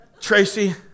Tracy